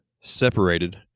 separated